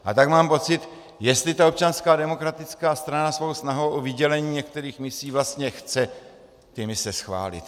A tak mám pocit, jestli to Občanská demokratická strana svou snahou o vydělení některých misí vlastně chce ty mise schválit.